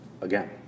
again